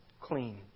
clean